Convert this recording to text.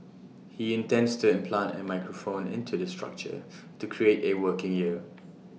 he intends to implant A microphone into the structure to create A working ear